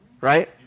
Right